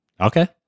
Okay